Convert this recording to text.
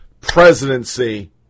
presidency